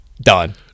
Done